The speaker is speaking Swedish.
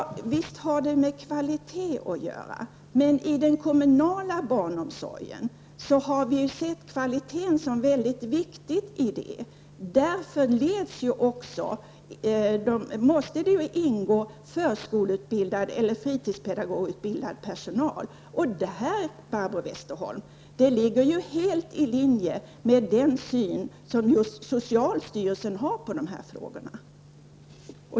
Visst har det med kvalitet att göra. I den kommunala barnomsorgen har vi ansett kvaliteten vara mycket viktig. Därför måste det ingå förskollärarutbildad eller fritidspedagogutbildad personal. Det ligger helt i linje, Barbro Westerholm, med den syn som just socialstyrelsen har på de här frågorna.